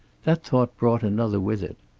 that thought brought another with it.